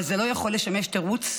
אבל זה לא יכול לשמש תירוץ,